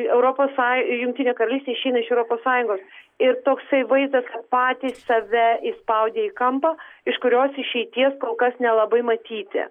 europos są jungtinė karalystė išeina iš europos sąjungos ir toksai vaizdas patys save įspaudžia į kampą iš kurios išeities kol kas nelabai matyti